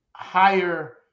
higher